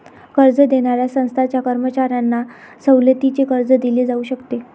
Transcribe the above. कर्ज देणाऱ्या संस्थांच्या कर्मचाऱ्यांना सवलतीचे कर्ज दिले जाऊ शकते